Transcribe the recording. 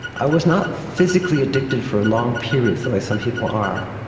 i was not physically addicted for long periods the way some people are.